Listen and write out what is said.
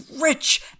rich